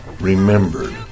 remembered